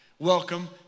welcome